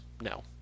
no